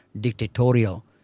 dictatorial